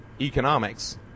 economics